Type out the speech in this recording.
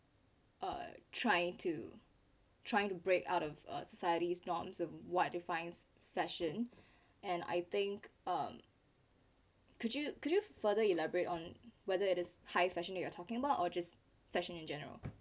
uh trying to trying to break out of a society's norms of what defines fashion and I think um could you could you further elaborate on whether it is high fashion you are talking about or just fashion in general